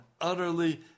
utterly